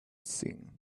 seen